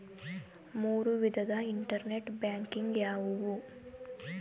ಮೂರು ವಿಧದ internet banking ಯಾವುವು?